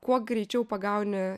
kuo greičiau pagauni